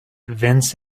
vince